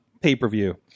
pay-per-view